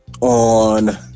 on